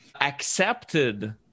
accepted